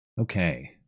Okay